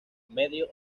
medio